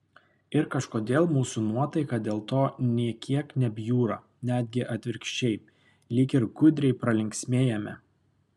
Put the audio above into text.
ir kažkodėl mūsų nuotaika dėl to nė kiek nebjūra netgi atvirkščiai lyg ir gudriai pralinksmėjame